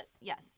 yes